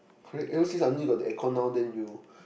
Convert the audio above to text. correct ever since I only got the aircon now then you